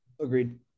agreed